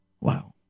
Wow